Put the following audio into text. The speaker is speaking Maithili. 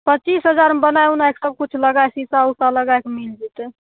पच्चीस हजारमे बनाय ऊनाय कऽ सबकिछु लगाय सीसा ऊसा लगाय कऽ मिल जेतै